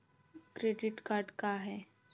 Credit card का हाय?